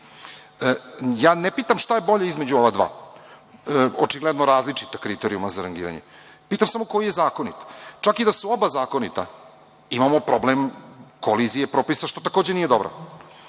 ne pitam šta je bolje između ova dva očigledno različita kriterijuma za rangiranje. Pitam samo koji je zakonit. Čak i da su oba zakonita, imamo problem kolizije propisa, što takođe nije